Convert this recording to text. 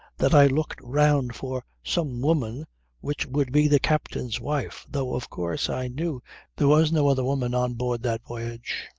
that i looked round for some woman which would be the captain's wife, though of course i knew there was no other woman on board that voyage.